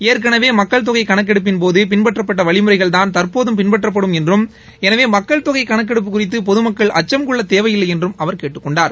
ஏற்கனவே மக்கள் தொகை கணக்கெடுப்பின் போது பின்பற்றப்பட்ட வழிமுறைகள் தான் தற்போதும் பின்பற்றப்படும் என்றும் எளவே மக்கள் தொகை கணக்கெடுப்பு குறித்து பொதுமக்கள் அச்சும் கொள்ள தேவையில்லை என்றும் அவர் கேட்டுக் கொண்டார்